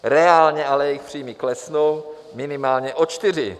Reálně ale jejich příjmy klesnou minimálně o čtyři.